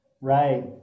Right